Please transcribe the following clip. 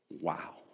Wow